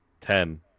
Ten